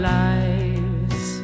lives